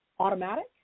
automatic